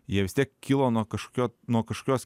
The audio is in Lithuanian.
jie vis tiek kilo nuo kažkokio nuo kažkokios